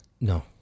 No